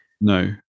No